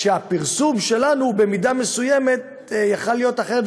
שהפרסום שלנו במידה מסוימת יכול להיות אחרת,